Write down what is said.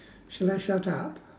shall I shut up